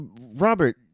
Robert